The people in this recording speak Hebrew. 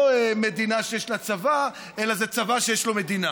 מדינה שיש לה צבא אלא זה צבא שיש לו מדינה,